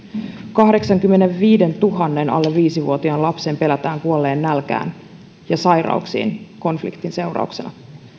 kahdeksankymmenenviidentuhannen alle viisi vuotiaan lapsen pelätään kuolleen nälkään ja sairauksiin konfliktin seurauksena